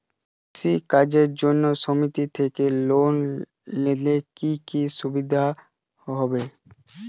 কৃষি কাজের জন্য সুমেতি থেকে লোন নিলে কি কি সুবিধা হবে?